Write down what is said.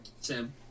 sam